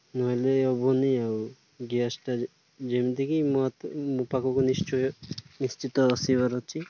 ନହେଲେ ହେବନି ଆଉ ଗ୍ୟାସ୍ଟା ଯେମିତିକି ମୋ ମୋ ପାଖକୁ ନିଶ୍ଚୟ ନିଶ୍ଚିତ ଆସିବାର ଅଛି